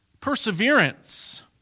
perseverance